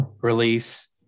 release